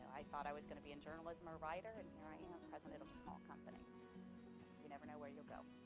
i thought i was gonna be in journalism or a writer, and here i am, president of a small company, so you never know where you'll go.